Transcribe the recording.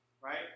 Right